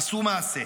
עשו מעשה.